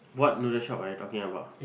what noodles shop are you talking about